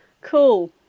Cool